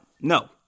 no